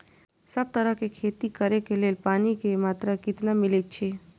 सब तरहक के खेती करे के लेल पानी के मात्रा कितना मिली अछि?